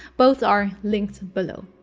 both are linked below.